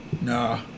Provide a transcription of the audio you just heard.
Nah